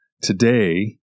Today